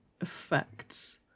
effects